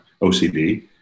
OCD